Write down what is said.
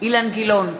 אילן גילאון,